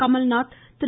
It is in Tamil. கமல்நாத் திரு